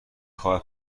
کار